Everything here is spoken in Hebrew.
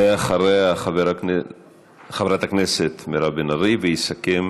ואחריה, חברת הכנסת מירב בן ארי, ויסכם